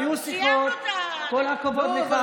היו שיחות, כל הכבוד לך.